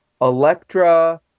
Electra